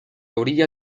orilla